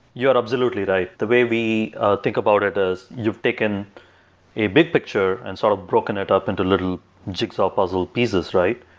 you're absolutely right. the way we think about it is you've taken a big picture and sort of broken it up into little jigsaw puzzle pieces, right?